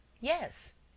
Yes